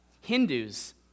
Hindus